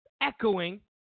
echoing